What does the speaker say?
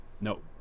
No